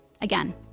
Again